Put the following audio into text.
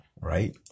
right